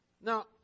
Now